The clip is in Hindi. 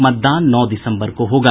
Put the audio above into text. मतदान नौ दिसम्बर को होगा